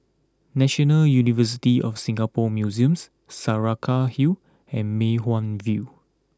National University of Singapore Museums Saraca Hill and Mei Hwan View